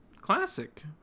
Classic